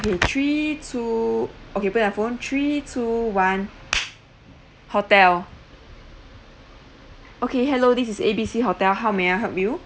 okay three two okay put your phone three two one hotel okay hello this is A_B_C hotel how may I help you